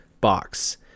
box